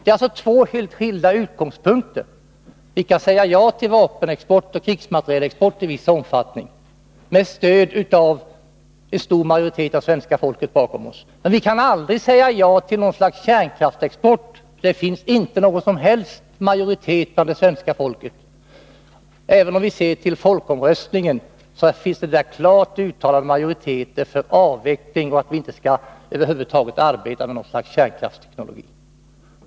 Det är alltså två helt skilda utgångspunkter. Vi kan säga ja till vapenexport och krigsmaterielexport i viss omfattning med en stor majoritet av svenska folket bakom oss. Men vi kan aldrig säga ja till något slags kärnkraftsexport, för det finns inte någon som helst majoritet för en sådan bland det svenska folket. Om vi ser till folkomröstningen, finns det även där en klart uttalad majoritet för avveckling och för att vi över huvud taget inte skall arbeta med kärnkraftsteknologi.